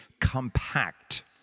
compact